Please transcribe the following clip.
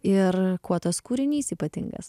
ir kuo tas kūrinys ypatingas